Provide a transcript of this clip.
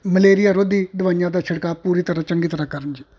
malaria ਵਿਰੋਧੀ ਦਵਾਈਆਂ ਦਾ ਛਿੜਕਾਅ ਪੂਰੀ ਤਰ੍ਹਾਂ ਚੰਗੀ ਤਰ੍ਹਾਂ ਕਰਨ ਜੀ